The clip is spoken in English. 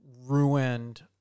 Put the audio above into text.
ruined